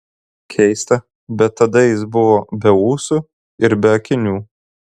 keista bet tada jis buvo be ūsų ir be akinių